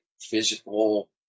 physical